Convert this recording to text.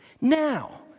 now